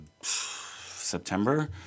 September